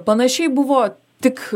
panašiai buvo tik